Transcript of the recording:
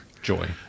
joy